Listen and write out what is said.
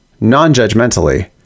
non-judgmentally